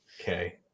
Okay